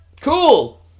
Cool